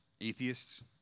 atheists